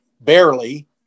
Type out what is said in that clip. barely